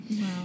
Wow